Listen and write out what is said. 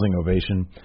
ovation